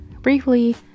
briefly